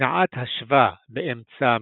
הנעת השווא באמצע מילה,